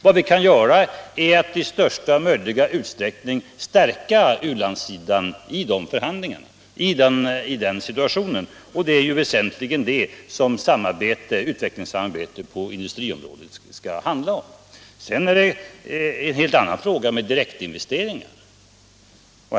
Vad vi kan göra är att i största möjliga utsträckning stärka u-landssidan i den situationen, och det är väsentligen det som utvecklingssamarbete på industriområdet skall handla om. Sedan är det en helt annan fråga när det gäller direktinvesteringar.